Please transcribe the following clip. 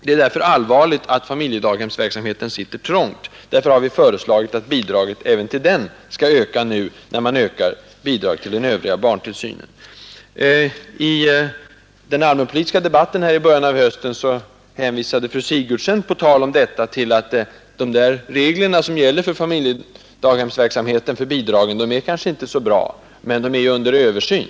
Det är därför som sagt bekymmersamt att familjedaghemsverksamheten sitter trångt, och vi har föreslagit att bidraget även till den skall öka nu, när man ökar bidraget till den övriga barntillsynen. I den allmänpolitiska debatten här i början av hösten sade fru Sigurdsen att de regler som gäller för bidraget till familjedaghemsverksamheten kanske inte är så bra, men de är under översyn.